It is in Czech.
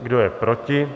Kdo je proti?